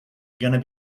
gonna